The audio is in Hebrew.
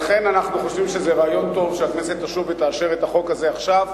לכן אנחנו חושבים שזה רעיון טוב שהכנסת תשוב ותאשר את החוק הזה עכשיו,